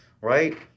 right